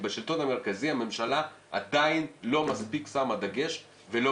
כי בשלטון המרכזי הממשלה עדיין לא מספיק שמה דגש ולא